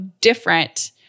different